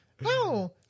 No